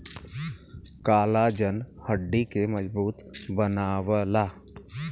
collagen हड्डी के मजबूत बनावला